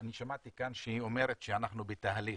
אני שמעתי כאן שהיא אומרת שאנחנו בתהליך,